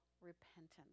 repentance